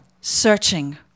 searching